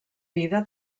vida